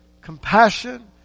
compassion